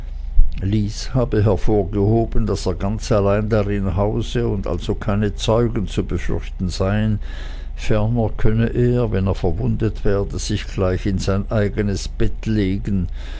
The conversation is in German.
hervorgehoben daß er ganz allein darin hause und also keine zeugen zu befürchten seien ferner könne er wenn er verwundet werde sich gleich in sein eigenes bett legen